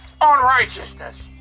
unrighteousness